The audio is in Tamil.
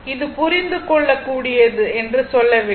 இது புரிந்து கொள்ளக் கூடியது என்று சொல்லவில்லை